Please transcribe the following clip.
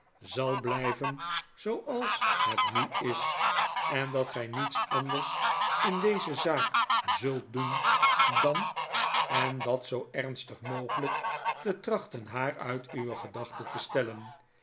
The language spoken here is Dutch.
zal blijven zooals het nu is en dat gy niets anders in deze zaak zult doen dan en dat zoo ernstig mogelyk te trachten haar uit uwe gedacnte te stellen